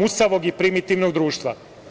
musavog i primitivnog društva.